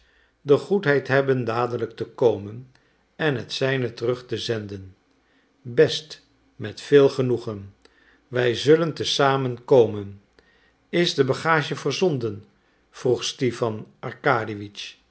de goedheid hebben dadelijk te komen en het zijne terug te zenden best met veel genoegen wij zullen te zamen komen is de bagage verzonden vroeg stipan